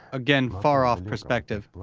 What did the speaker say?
again, far-off perspective.